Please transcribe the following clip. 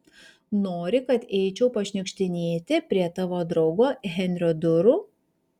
nori kad eičiau pašniukštinėti prie tavo draugo henrio durų